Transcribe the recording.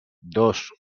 dos